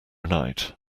night